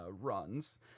runs